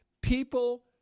people